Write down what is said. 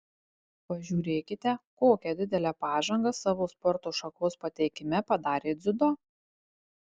pažiūrėkite kokią didelę pažangą savo sporto šakos pateikime padarė dziudo